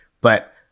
But-